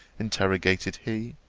interrogated he.